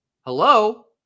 Hello